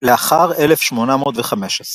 לאחר 1815